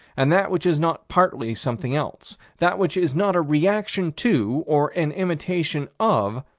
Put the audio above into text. and that which is not partly something else that which is not a reaction to, or an imitation of,